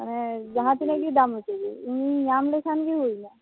ᱦᱮᱸ ᱡᱟᱦᱟᱸ ᱛᱤᱱᱟᱹᱜ ᱜᱮ ᱫᱟᱢ ᱚᱪᱚᱜ ᱤᱧᱤᱧ ᱧᱟᱢ ᱞᱮᱠᱷᱟᱱ ᱦᱩᱭᱮᱱᱟ